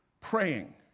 praying